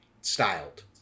styled